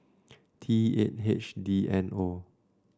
T eight H D N zero